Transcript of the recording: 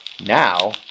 Now